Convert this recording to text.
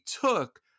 took